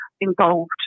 involved